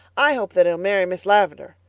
i hope that he'll marry miss lavendar,